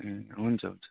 अँ हुन्छ हुन्छ